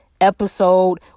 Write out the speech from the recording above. episode